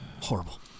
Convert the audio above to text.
Horrible